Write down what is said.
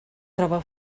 troba